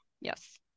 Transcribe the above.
Yes